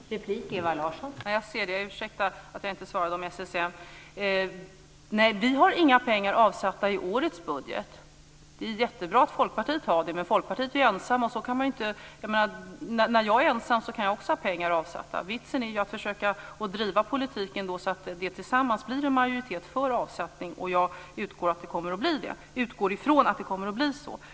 Fru talman! Jag ber om ursäkt för att jag inte svarade på frågan om SSM. Nej, vi har i årets budget inte satt av några pengar. Det är jättebra att Folkpartiet har gjort det, men man är ensam om detta. När jag är ensam kan också jag sätta av pengar. Det gäller att driva en politik så att man får med sig en majoritet för en avsättning, och jag utgår från att det kommer att bli så.